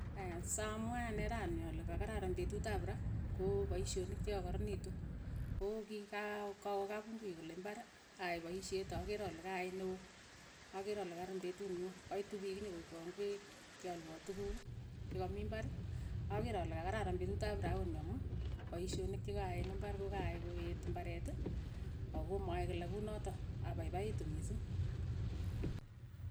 Aya, sa mwae ane rani ale kakararan petut ap raa, ko paishonik che kakararanitu, ko ki ka- kawe kapungui yu kole imbar, ayai paishet akeer ale kayai ne oo, akeer ale kararan petut nyu. kaitu piik nyokoipwoo ingwek, ke alwa tukuuk cha ka mii imbar, akeer ale kakararan petuut ap rauni amu, poishonik che ka aai eng' imbar ko ka aai ko eet imbaret, ako ma'aae kila ko unootok, a paipaitu mising.